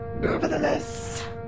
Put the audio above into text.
Nevertheless